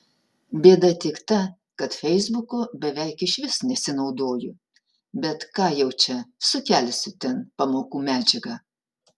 bėda tik ta kad feisbuku beveik išvis nesinaudoju bet ką jau čia sukelsiu ten pamokų medžiagą